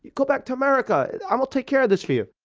go back to america, i will take care of this for you!